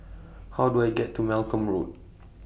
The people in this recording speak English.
How Do I get to Malcolm Road